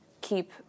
keep